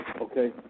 Okay